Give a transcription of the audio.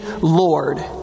Lord